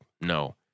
No